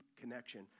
connection